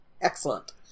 Excellent